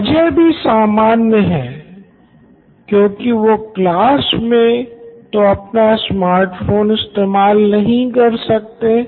वजह भी समान्य है क्योंकि वो क्लास मे तो अपना स्मार्ट फोन इस्तेमाल नहीं कर सकते हैं